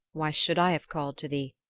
why should i have called to thee?